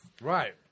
Right